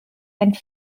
and